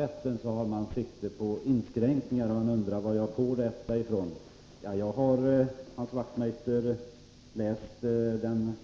att moderaterna vill göra inskränkningar i allemansrätten.